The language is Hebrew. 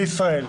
בישראל,